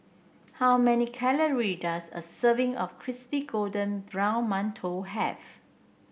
how many calorie does a serving of Crispy Golden Brown Mantou have